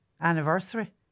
anniversary